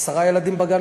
עשרה ילדים בגן,